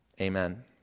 amen